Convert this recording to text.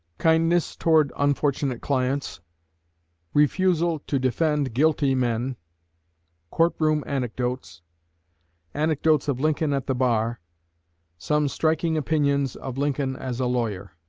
kindness toward unfortunate clients refusing to defend guilty men courtroom anecdotes anecdotes of lincoln at the bar some striking opinions of lincoln as a lawyer